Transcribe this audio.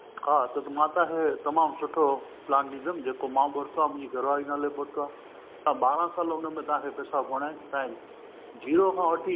हा त त मां तव्हांखे तमामु सुठो प्लान ॾींदुमि जेको मां बि वरितो आहे मुंहिंजी घर वारीअ जे नाले बि वरितो आहे त ॿारहां साल तव्हांखे उनमें पैसा भरिणा आहिनि तव्हां जे झीरो खां वठी